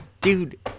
Dude